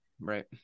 right